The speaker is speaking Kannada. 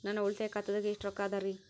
ನನ್ನ ಉಳಿತಾಯ ಖಾತಾದಾಗ ಎಷ್ಟ ರೊಕ್ಕ ಅದ ರೇ?